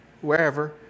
wherever